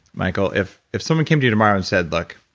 michael, if if someone came to you tomorrow and said look,